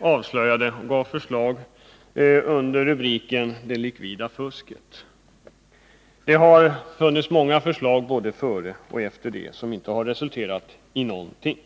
avslöjade vad man kallade det likvida fusket. Det har funnits många förslag både före och efter det som inte har resulterat i någonting.